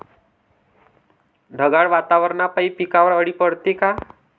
ढगाळ वातावरनापाई पिकावर अळी पडते का?